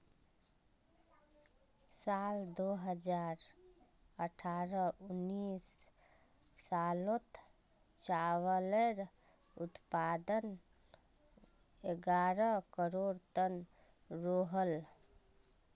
साल दो हज़ार अठारह उन्नीस सालोत चावालेर उत्पादन ग्यारह करोड़ तन रोहोल